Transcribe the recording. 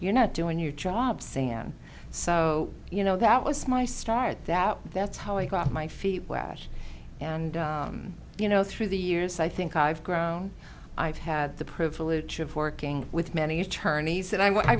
you're not doing your job san so you know that was my start that that's how i got my feet wet and you know through the years i think i've grown i've had the privilege of working with many attorneys